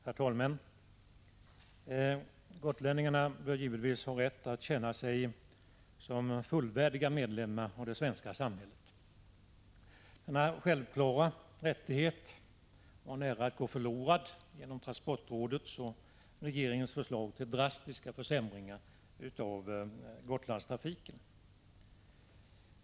Herr talman! Gotlänningarna bör givetvis ha rätt att känna sig som fullvärdiga medlemmar av det svenska samhället. Denna självklara rättighet var nära att gå förlorad genom transportrådets och regeringens förslag till drastiska försämringar av Gotlandstrafiken.